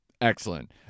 Excellent